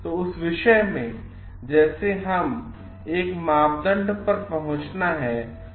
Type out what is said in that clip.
तो उस विषय में जैसे जब हमें एक मापदंड पर पहुंचना है